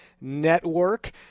Network